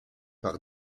par